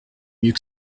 mieux